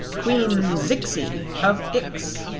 queen zixi of ix!